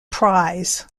prize